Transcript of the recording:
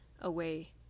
away